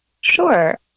Sure